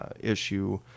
issue